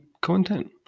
content